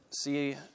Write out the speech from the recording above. see